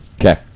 Okay